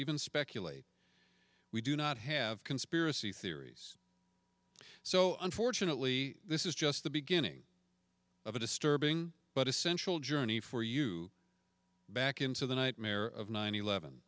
even speculate we do not have conspiracy theories so unfortunately this is just the beginning of a disturbing but essential journey for you back into the nightmare of nine eleven